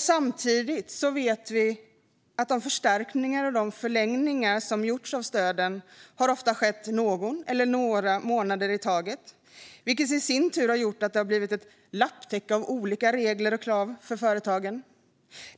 Samtidigt vet vi att de förstärkningar och förlängningar av stöden som skett ofta har gällt någon eller några månader i taget. Detta har i sin tur gjort att det blivit ett lapptäcke av olika regler och krav för företagen.